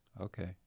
okay